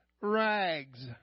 rags